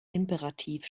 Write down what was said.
imperativ